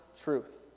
truth